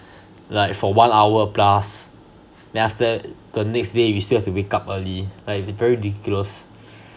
like for one hour plus then after that the next day we still have to wake up early like very ridiculous